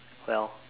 well